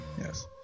yes